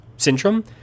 syndrome